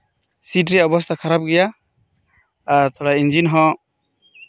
seat ᱨᱮᱭᱟᱜ ᱚᱵᱚᱥᱛᱷᱟ ᱠᱷᱟᱨᱟᱯ ᱜᱮᱭᱟ ᱟᱨ ᱛᱷᱚᱲᱟ ᱤᱧᱡᱤᱱ ᱦᱚᱸ